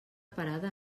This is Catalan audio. parada